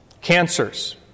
Cancers